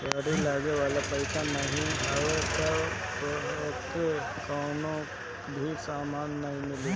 तोहरी लगे पईसा नाइ हवे तअ तोहके कवनो भी सामान नाइ मिली